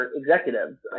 executives